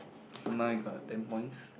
so now I got ten points